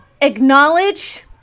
acknowledge